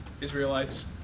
Israelites